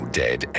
dead